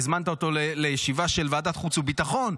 הזמנת אותו לישיבה של ועדת החוץ והביטחון,